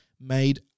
made